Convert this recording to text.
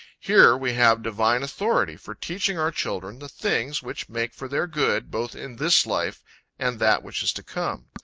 here, we have divine authority, for teaching our children, the things, which make for their good, both in this life and that which is to come.